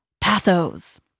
pathos